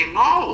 no